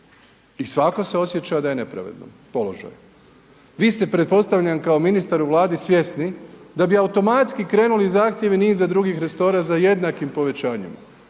i svako se osjeća da je u nepravednom položaju. Vi ste pretpostavljam kao ministar u Vladi svjesni da bi automatski krenuli zahtjevi niza drugih resora za jednakim povećanjem.